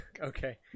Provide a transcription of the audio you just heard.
Okay